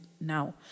now